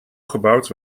gebouwd